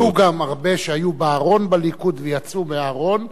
היו גם הרבה שהיו בארון בליכוד ויצאו מהארון,